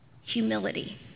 humility